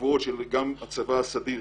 גם הצבא הסדיר